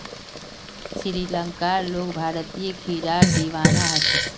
श्रीलंकार लोग भारतीय खीरार दीवाना ह छेक